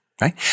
right